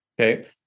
Okay